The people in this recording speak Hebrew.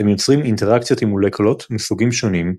הם יוצרים אינטראקציות עם מולקולות מסוגים שונים,